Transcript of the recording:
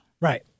Right